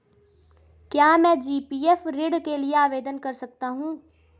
क्या मैं जी.पी.एफ ऋण के लिए आवेदन कर सकता हूँ?